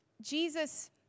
Jesus